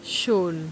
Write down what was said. show